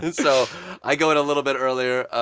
and so i go in a little bit earlier. ah